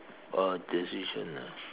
a decision ah